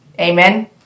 Amen